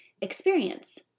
experience